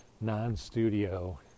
non-studio